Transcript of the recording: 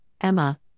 Emma